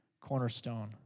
cornerstone